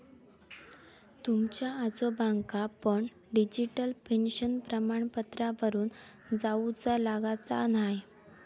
तुमच्या आजोबांका पण डिजिटल पेन्शन प्रमाणपत्रावरून जाउचा लागाचा न्हाय